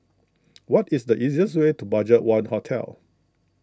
what is the easiest way to Budgetone Hotel